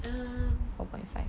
um